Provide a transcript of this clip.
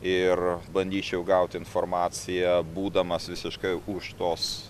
ir bandyčiau gauti informaciją būdamas visiškai už tos